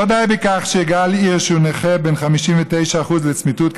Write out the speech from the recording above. לא די בכך שגל הירש הוא נכה ב-59% לצמיתות,